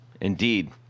indeed